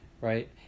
Right